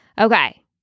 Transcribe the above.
Okay